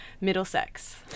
Middlesex